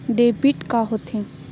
Debit का होथे?